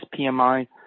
PMI